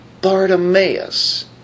Bartimaeus